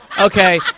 okay